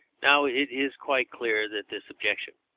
now it is quite clear that this objection,